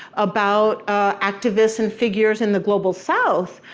about activists and figures in the global south,